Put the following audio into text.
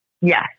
Yes